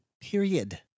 Period